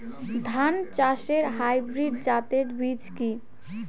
ধান চাষের হাইব্রিড জাতের বীজ কি?